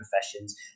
professions